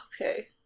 Okay